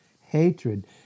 hatred